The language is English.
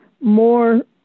more